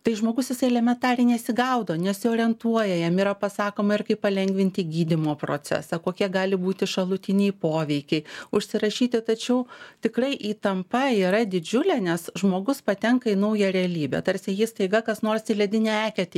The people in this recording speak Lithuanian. tai žmogus jisai elementariai nesigaudo nesiorientuoja jam yra pasakoma ir kaip palengvinti gydymo procesą kokie gali būti šalutiniai poveikiai užsirašyti tačiau tikrai įtampa yra didžiulė nes žmogus patenka į naują realybę tarsi jį staiga kas nors į ledinę eketę